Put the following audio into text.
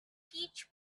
peach